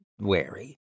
wary